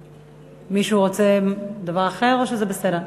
מישהו רוצה דבר אחר, או שזה בסדר?